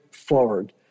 forward